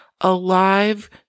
alive